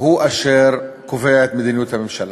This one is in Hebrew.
אשר קובע את מדיניות הממשלה.